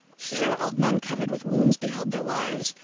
here, old men covered with wounds, beheld their wives,